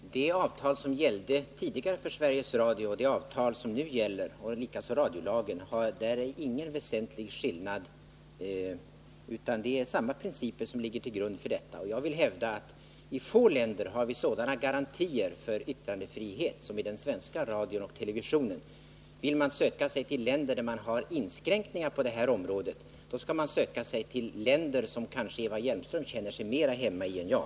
Herr talman! I fråga om det avtal som gällde tidigare för Sveriges Radio och det avtal som nu gäller samt i fråga om radiolagen är det ingen väsentlig skillnad, utan det är samma principer som ligger bakom. Jag vill hävda att det är få länder som har sådana garantier för yttrandefriheten som de som gäller för den svenska radion och televisionen. Vill man söka sig till länder där det finns inskränkningar på det här området, då skall man söka sig till länder som Eva Hjelmström kanske känner sig mer hemma i än jag.